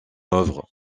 œuvre